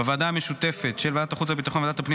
בוועדה המשותפת של ועדת החוץ והביטחון וועדת הפנים